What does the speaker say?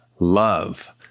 love